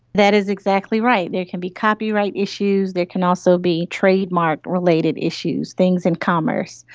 that is exactly right, there can be copyright issues, there can also be trademark related issues, things in commerce.